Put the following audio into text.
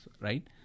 right